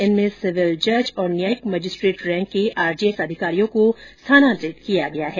इनमें सिविल जज और न्यायिक मजिस्ट्रेट रैंक के आरजेएस अधिकारियों को स्थानांतरित किया गया है